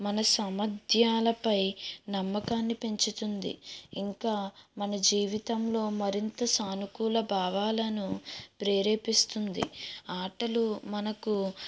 మన సామర్థ్యాలపై నమ్మకాన్ని పెంచుతుంది ఇంకా మన జీవితంలో మరింత సానుకూల భావాలను ప్రేరేపిస్తుంది ఆటలు మనకు